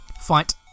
Fight